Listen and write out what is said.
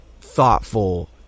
thoughtful